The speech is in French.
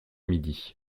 midi